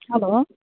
hello